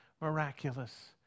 miraculous